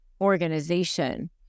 organization